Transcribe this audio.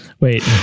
wait